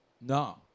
No